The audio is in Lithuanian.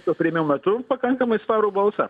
to priėmimo metu pakankamai svarų balsą